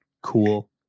cool